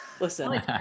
Listen